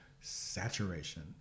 saturation